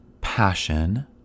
passion